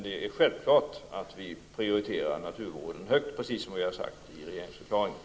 Det är självklart att vi prioriterar naturvården högt, precis som vi sagt i regeringsförklaringen.